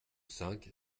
cinq